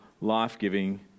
life-giving